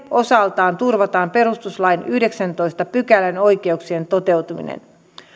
osaltaan turvataan perustuslain yhdeksännentoista pykälän oikeuksien toteutuminen